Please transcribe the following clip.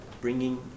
bringing